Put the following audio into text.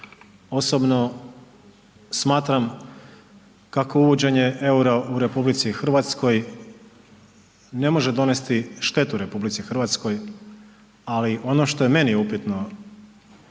Osobno smatram kako uvođenje eura u RH ne može donesti štetu RH ali ono što je meni upitno